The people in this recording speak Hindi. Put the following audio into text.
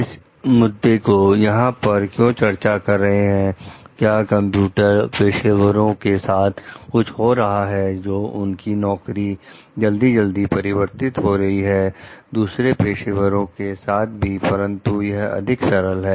इस मुद्दे को यहां पर क्यों चर्चा कर रहे हैं क्या कंप्यूटर पेशेवरों के साथ कुछ हो रहा है जो उनकी नौकरी जल्दी जल्दी परिवर्तित हो रही है और दूसरे पेशेवरों के साथ भी परंतु यह अधिक सरल है